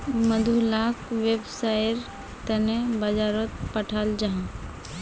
मधु लाक वैव्सायेर तने बाजारोत पठाल जाहा